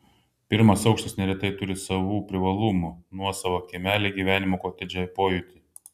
pirmas aukštas neretai turi savų privalumų nuosavą kiemelį gyvenimo kotedže pojūtį